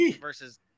versus